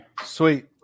Sweet